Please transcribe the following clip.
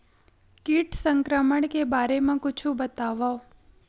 कीट संक्रमण के बारे म कुछु बतावव?